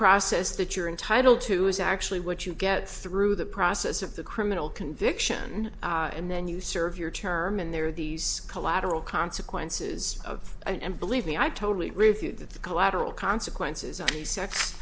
process that you're entitle to is actually what you get through the process of the criminal conviction and then you serve your term and there are these collateral consequences of and believe me i totally refute that the collateral consequences